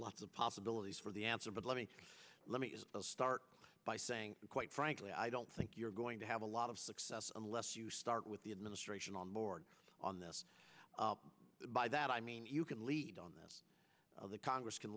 lot of possibilities for the answer but let me let me start by saying quite frankly i don't think you're going to have a lot of success unless you start with the administration on board on this by that i mean you can lead on this the congress can